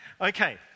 okay